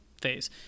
phase